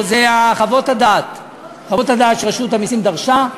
חוות הדעת שרשות המסים דרשה.